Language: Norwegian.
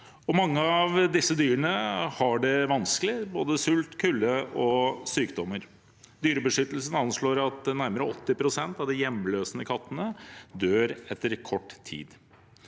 Mange av disse dyrene har det vanskelig, med både sult, kulde og sykdommer. Dyrebeskyttelsen anslår at nærmere 80 pst. av de hjemløse kattene dør etter kort tid.